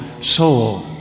soul